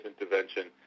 intervention